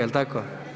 Jel tako?